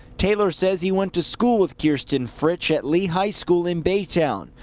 taylor says he went to school with kirsten fritch at lee high school in baytown.